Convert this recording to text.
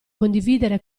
condividere